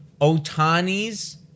Otani's